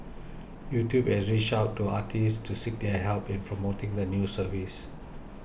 YouTube has reached out to artists to seek their help in promoting the new service